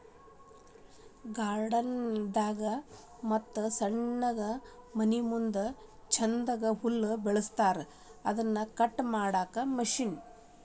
garden ದಾಗ ಮತ್ತ ಸಣ್ಣಗೆ ಮನಿಮುಂದ ಚಂದಕ್ಕ ಹುಲ್ಲ ಬೆಳಸಿರತಾರ ಅದನ್ನ ಕಟ್ ಮಾಡು ಮಿಷನ್